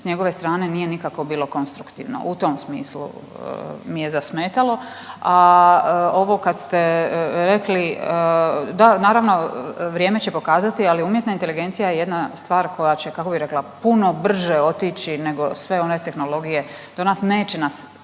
s njegove strane nije nikako bilo konstruktivno u tom smislu mi je zasmetalo. A ovo kad ste rekli, da naravno vrijeme će pokazati, ali umjetna inteligencija je jedna stvar koja će kako bi rekla, puno brže otići nego sve one tehnologije, neće nas